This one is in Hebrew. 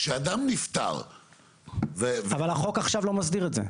כשאדם נפטר --- אבל החוק עכשיו לא מסדיר את זה.